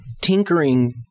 Tinkering